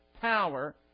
power